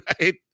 right